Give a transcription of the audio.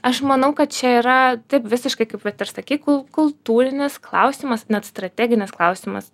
aš manau kad čia yra taip visiškai kaip vat ir sakei kul kultūrinis klausimas net strateginis klausimas